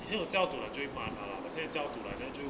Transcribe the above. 以前我教读会骂他 lah 我先教读 lah then 就